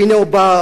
והנה הוא בא,